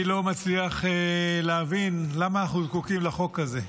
אני לא מצליח להבין למה אנחנו זקוקים לחוק הזה.